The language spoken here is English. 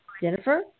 Jennifer